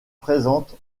présente